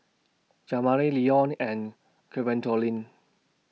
Jamari Leon and Gwendolyn